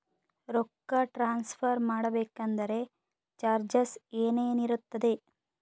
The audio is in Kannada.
ರೊಕ್ಕ ಟ್ರಾನ್ಸ್ಫರ್ ಮಾಡಬೇಕೆಂದರೆ ಚಾರ್ಜಸ್ ಏನೇನಿರುತ್ತದೆ?